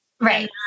right